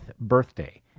birthday